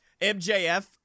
MJF